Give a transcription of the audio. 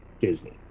Disney